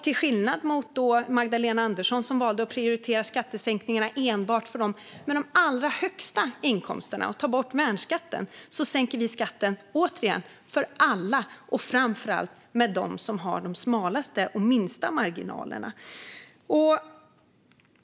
Till skillnad från Magdalena Andersson, som valde att prioritera skattesänkningar enbart för dem med de allra högsta inkomsterna och ta bort värnskatten, sänker vi skatten, återigen, för alla och framför allt för dem som har de smalaste och minsta marginalerna.